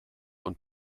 und